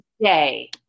today